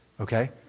Okay